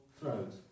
throat